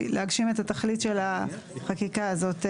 להגשים את התכלית של החקיקה הזאת במלואה.